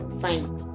fine